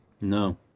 No